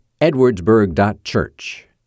edwardsburg.church